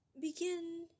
begin